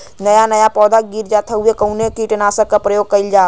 नया नया पौधा गिर जात हव कवने कीट नाशक क प्रयोग कइल जाव?